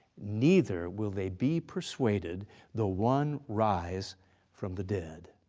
neither will they be persuaded the one rise from the dead.